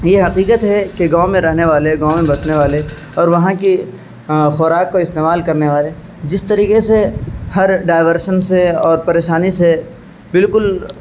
یہ حقیقت ہے کہ گاؤں میں رہنے والے گاؤں میں بسنے والے اور وہاں کی خوراک کو استعمال کرنے والے جس طریقے سے ہر ڈائیورشن سے اور پریشانی سے بالکل